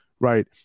Right